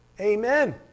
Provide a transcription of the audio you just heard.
Amen